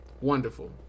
wonderful